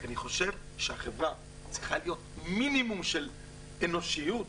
אני חושב שהחברה צריכה להיות מינימום של אנושית